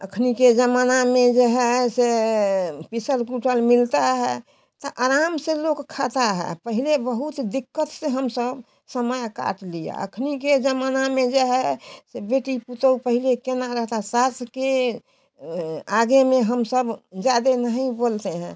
अखनी के ज़माना में जो है से पिसल कुटल मिलता है तो आराम से लोग खाता है पहिले बहुत दिक्कत से हम सब समय काट लिया अखनी के ज़माना मे जो है से बेटी पटोह पहले केना रहता सास के आगे में हम सब ज़्यादे नहीं बोलते हैं